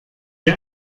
ihr